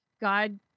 God